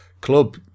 club